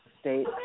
state